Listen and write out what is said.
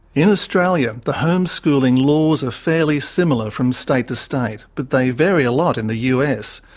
in australia, the homeschooling laws are fairly similar from state to state, but they vary a lot in the us.